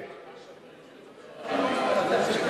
מה שאתה לא יודע,